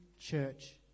church